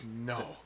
No